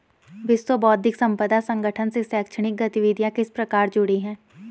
विश्व बौद्धिक संपदा संगठन से शैक्षणिक गतिविधियां किस प्रकार जुड़ी हैं?